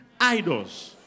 idols